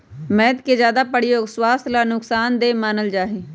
मैद के ज्यादा प्रयोग स्वास्थ्य ला नुकसान देय मानल जाहई